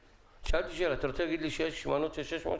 אתה רוצה להגיד לי 6 מנות כפול 600 שקלים?